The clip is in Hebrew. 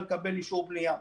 לקבל אישור בנייה.